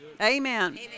Amen